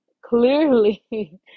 clearly